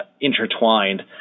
Intertwined